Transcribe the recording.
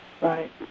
Right